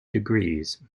degrees